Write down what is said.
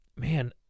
man